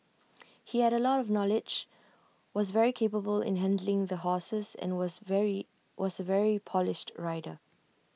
he had A lot of knowledge was very capable in handling the horses and was very was A very polished rider